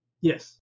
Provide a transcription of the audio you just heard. Yes